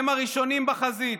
הם הראשונים בחזית.